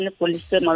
police